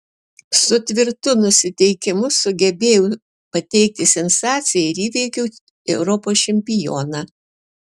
su tvirtu nusiteikimu sugebėjau pateikti sensaciją ir įveikiau europos čempioną